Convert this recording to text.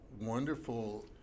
wonderful